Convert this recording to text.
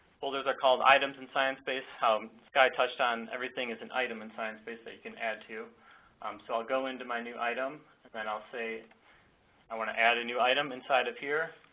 folders are called items in sciencebase, how sky touched on everything is an item in sciencebase that you can add to. um so i'll go into my new item, and i'll say i want to add a new item inside of here,